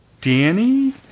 Danny